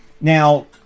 Now